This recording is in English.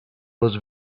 was